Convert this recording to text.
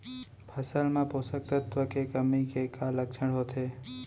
फसल मा पोसक तत्व के कमी के का लक्षण होथे?